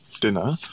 dinner